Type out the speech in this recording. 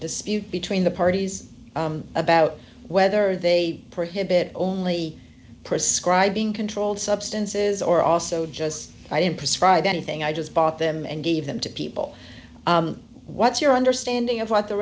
dispute between the parties about whether they prohibit only prescribe being controlled substances or also just i didn't prescribe anything i just bought them and gave them to people what's your understanding of what the